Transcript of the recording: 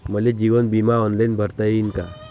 मले जीवन बिमा ऑनलाईन भरता येईन का?